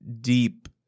deep